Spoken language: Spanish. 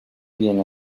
bien